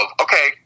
okay